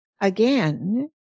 Again